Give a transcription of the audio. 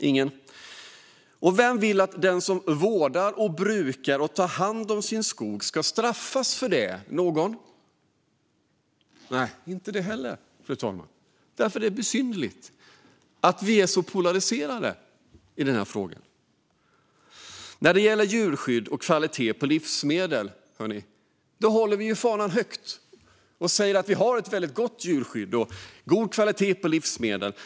Ingen! Och vem vill att den som vårdar, brukar och tar hand om sin skog ska straffas för det? Någon? Nej, inte det heller, fru talman! Ändå är vi så polariserade i den här frågan. Det är besynnerligt. När det gäller djurskydd och kvalitet på livsmedel håller vi fanan högt. Vi säger att vi har ett väldigt gott djurskydd och god kvalitet på livsmedel.